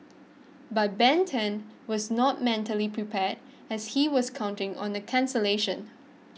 but Ben Tan was not mentally prepared as he was counting on a cancellation